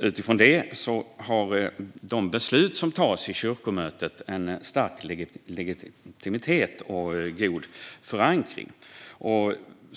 Utifrån det har alltså de beslut som tas i kyrkomötet stark legitimitet och god förankring.